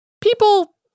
People